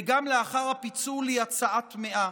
וגם לאחר הפיצול היא הצעה טמאה,